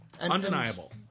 Undeniable